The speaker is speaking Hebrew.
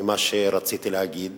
ממה שרציתי להגיד.